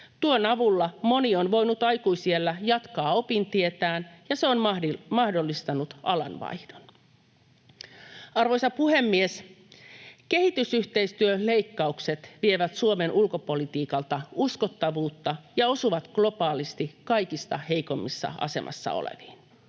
Tuon avulla moni on voinut aikuisiällä jatkaa opintietään, ja se on mahdollistanut alanvaihdon. Arvoisa puhemies! Kehitysyhteistyöleikkaukset vievät Suomen ulkopolitiikalta uskottavuutta ja osuvat globaalisti kaikista heikoimmassa asemassa oleviin.